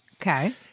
Okay